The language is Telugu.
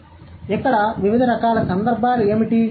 కాబట్టి ఇక్కడ వివిధ రకాల సందర్భాలు ఏమిటి